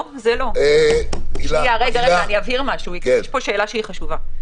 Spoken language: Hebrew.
יש פה שאלה שהיא חשובה.